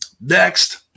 Next